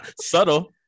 Subtle